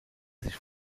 sich